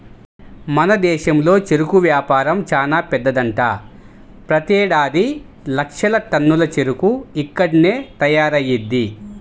మన దేశంలో చెరుకు వ్యాపారం చానా పెద్దదంట, ప్రతేడాది లక్షల టన్నుల చెరుకు ఇక్కడ్నే తయారయ్యిద్ది